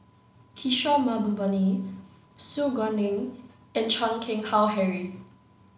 Kishore Mahbubani Su Guaning and Chan Keng Howe Harry